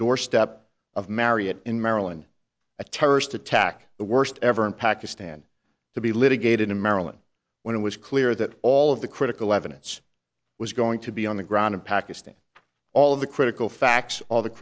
doorstep of marriott in maryland a terrorist attack the worst ever in pakistan to be litigated in maryland when it was clear that all of the critical evidence was going to be on the ground in pakistan all of the critical facts all the